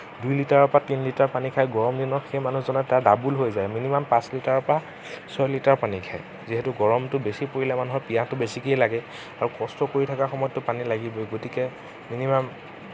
দুই লিটাৰৰ পৰা তিনি লিটাৰ পানী খায় গৰম দিনত সেই মানুহজনৰ তাত ডাবুল হৈ যায় মিনিমাম পাঁচ লিটাৰৰ পৰা ছয় লিটাৰ পানী খায় যিহেতু গৰমটো বেছি পৰিলে মানুহৰ পিয়াহটো বেছিকেই লাগে আৰু কষ্ট কৰি থকাৰ সময়তটো পানীটো লাগিবই গতিকে মিনিমাম